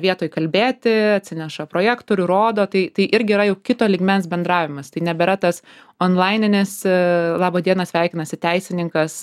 vietoj kalbėti atsineša projektorių rodo tai tai irgi yra jau kito lygmens bendravimas tai nebėra tas onlaininis laba diena sveikinasi teisininkas